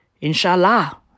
Inshallah